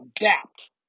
adapt